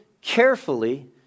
carefully